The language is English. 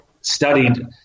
studied